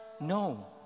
No